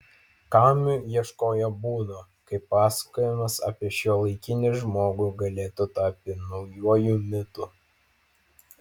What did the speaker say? kamiu ieškojo būdo kaip pasakojimas apie šiuolaikinį žmogų galėtų tapti naujuoju mitu